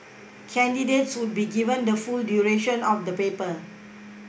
candidates would be given the full duration of the paper